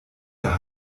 der